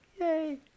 Yay